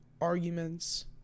arguments